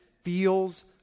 feels